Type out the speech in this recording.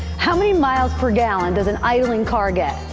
how many miles per gallon does an idling car get?